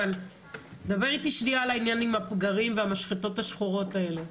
אבל דבר איתי שניה על העניין עם הפגרים והמשחטות השחורות האלה.